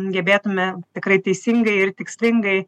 gebėtume tikrai teisingai ir tikslingai